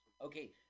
Okay